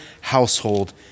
household